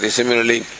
similarly